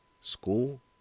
School